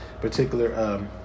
particular